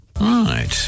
right